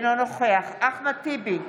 אינו נוכח אחמד טיבי,